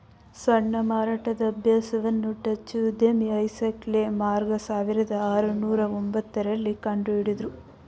ಸಣ್ಣ ಮಾರಾಟದ ಅಭ್ಯಾಸವನ್ನು ಡಚ್ಚು ಉದ್ಯಮಿ ಐಸಾಕ್ ಲೆ ಮಾರ್ಗ ಸಾವಿರದ ಆರುನೂರು ಒಂಬತ್ತ ರಲ್ಲಿ ಕಂಡುಹಿಡುದ್ರು